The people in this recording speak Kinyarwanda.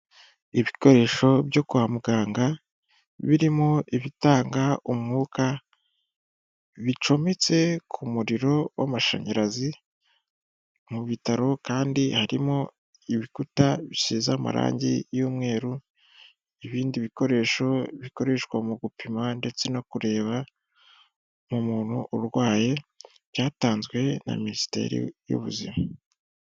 Ibikoresho byo kwa muganga birimo ibitanga umwuka bicometse ku muriro w'amashanyarazi, mu bitaro kandi harimo ibikuta bisize amarangi y'umweru, ibindi bikoresho bikoreshwa mu gupima ndetse no kureba umuntu urwaye byatanzwe na minisiteri y'ubuzima.